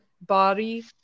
body